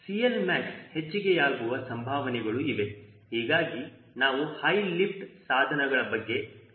ಆದರೆ CLmax ಹೆಚ್ಚಿಗೆಯಾಗುವ ಸಂಭಾವನೆಗಳು ಇವೆ ಹೀಗಾಗಿ ನಾವು ಹೈ ಲಿಫ್ಟ್ ಸಾಧನಗಳ ಬಗ್ಗೆ ಚರ್ಚಿಸಲಿದ್ದೇವೆ